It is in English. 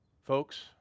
Folks